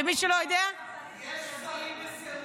יש שרים לסירוגין.